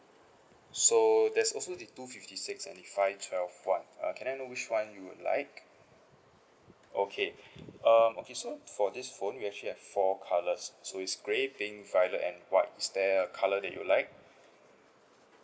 so there's also the two fifty six and five twelve one uh can I know which one you would like okay um okay so for this phone we actually have four colours so it's grey pink violet and white is there a colour that you like